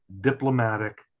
diplomatic